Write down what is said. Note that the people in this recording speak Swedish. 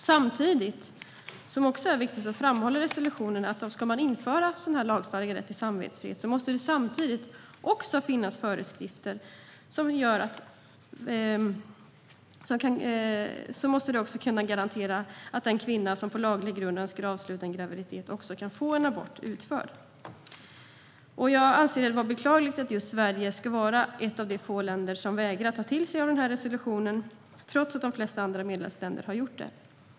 Samtidigt, vilket också är viktigt, framhålls i resolutionen att om man ska införa lagstadgad rätt till samvetsfrihet måste det också finnas föreskrifter som garanterar att en kvinna som på laglig grund önskar avsluta en graviditet också kan få en abort utförd. Jag anser det vara beklagligt att just Sverige ska vara ett av de få länder som vägrar ta till sig den här resolutionen, trots att de flesta andra medlemsländer har gjort det.